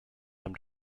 them